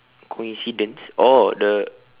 coincidence oh the